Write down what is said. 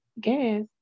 gas